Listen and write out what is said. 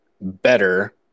better